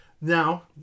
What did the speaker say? now